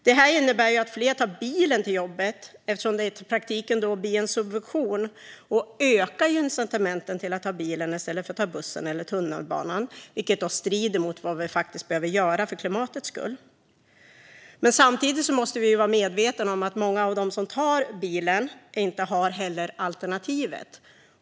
Detta innebär ju att fler tar bilen till jobbet, eftersom det i praktiken subventioneras. Incitamenten att ta bilen i stället för bussen eller tunnelbanan ökar, vilket strider mot vad vi faktiskt behöver göra för klimatets skull. Samtidigt måste vi vara medvetna om att många av dem som tar bilen inte heller har något alternativ.